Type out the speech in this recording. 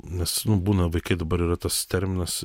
nes nu būna vaikai dabar yra tas terminas